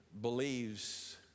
believes